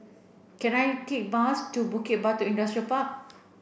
can I take a bus to Bukit Batok Industrial Park